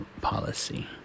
policy